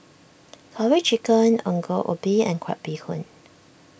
Curry Chicken Ongol Ubi and Crab Bee Hoon